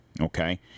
Okay